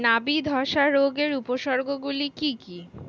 নাবি ধসা রোগের উপসর্গগুলি কি কি?